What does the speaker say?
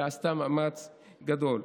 והיא עשתה מאמץ גדול.